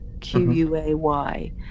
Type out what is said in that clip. Q-U-A-Y